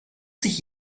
sich